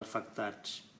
afectats